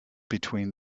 between